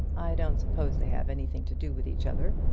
i don't suppose they have anything to do with each other.